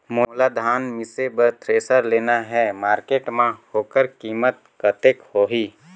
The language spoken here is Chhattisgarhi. मोला धान मिसे बर थ्रेसर लेना हे मार्केट मां होकर कीमत कतेक होही?